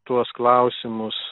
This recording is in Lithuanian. tuos klausimus